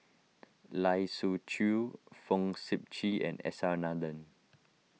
Lai Siu Chiu Fong Sip Chee and S R Nathan